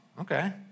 okay